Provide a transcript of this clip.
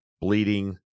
bleeding